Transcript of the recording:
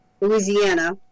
Louisiana